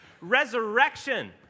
Resurrection